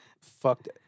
fucked